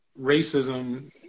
racism